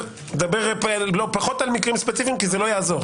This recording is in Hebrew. דבר פחות על מקרים ספציפיים כי זה לא יעזור.